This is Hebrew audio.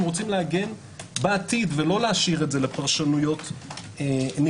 רוצים להגן עליהם בעתיד ולא להשאיר את זה לפרשנויות אחרות.